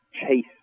chase